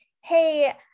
hey